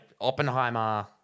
Oppenheimer